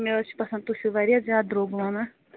مےٚ حَظ چھُ باسان تُہۍ چھِو واریاہ زیادٕ درٛوٚگ ونان